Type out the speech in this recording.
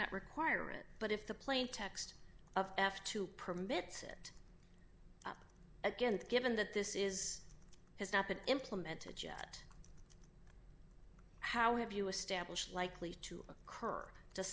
not require it but if the plain text of f two permits it again given that this is has not been implemented yet how have you established likely to occur to